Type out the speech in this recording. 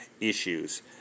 issues